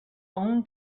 own